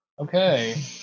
Okay